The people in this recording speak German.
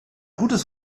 gutes